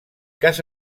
cas